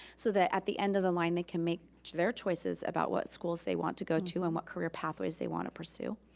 so that at the end of the line, they can make their choices about what schools they want to go to and what career pathways they want to pursue.